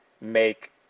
make